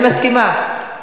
אני מסכימה.